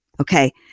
Okay